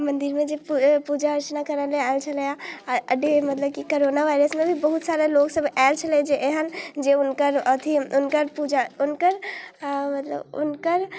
मन्दिरमे जे पू पूजा अर्चना कराबै आएल छलै आओर डे मतलब कि कोरोना वाइरसमे भी बहुत सारा लोक सब आएल छलै जे एहन जे हुनकर अथी हुनकर पूजा हुनकर आह मतलब हुनकर